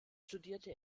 studierte